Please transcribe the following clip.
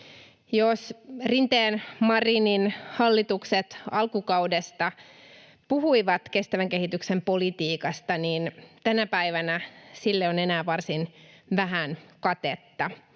Jos Rinteen—Marinin hallitukset alkukaudesta puhuivat kestävän kehityksen politiikasta, niin tänä päivänä sille on enää varsin vähän katetta.